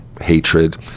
hatred